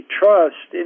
trust